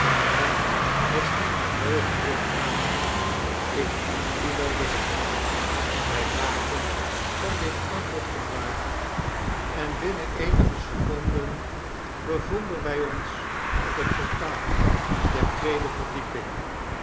en als gy naar boven wilt gaan kan ik u wel lichten wy maakten van dit aanbod gebruik en binnen eenige seconden bevonden wy ons op het portaal der tweede verdieping